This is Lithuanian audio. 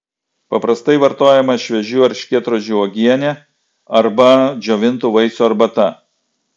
paprastai vartojama šviežių erškėtrožių uogienė arba džiovintų vaisių arbata